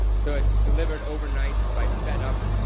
so it's delivered overnight by fedup.